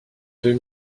deux